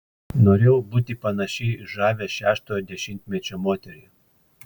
norėjau būti panaši į žavią šeštojo dešimtmečio moterį